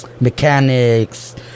mechanics